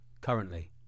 currently